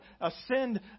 ascend